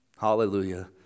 Hallelujah